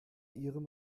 ihrem